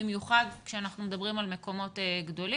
במיוחד כשאנחנו מדברים על מקומות גדולים.